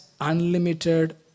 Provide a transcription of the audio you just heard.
unlimited